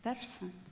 person